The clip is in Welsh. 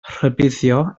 rhybuddio